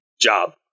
job